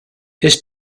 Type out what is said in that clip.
his